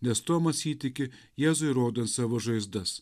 nes tomas įtiki jėzų ir rodo savo žaizdas